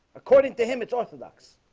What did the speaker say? according to him. it's orthodox.